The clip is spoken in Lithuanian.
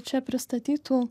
čia pristatytų